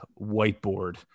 whiteboard